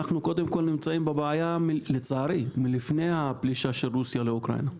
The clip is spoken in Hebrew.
אנחנו קודם כל נמצאים בבעיה לצערי מלפני הפלישה של רוסיה לאוקראינה,